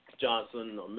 Johnson